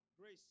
grace